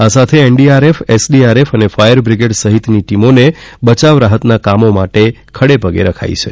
આ સાથે NDRF SDRF અને ફાયરબ્રિગેડ સહિતની ટીમોને બચાવ રાહત કામો માટે ખડેપગે રખાઇ છે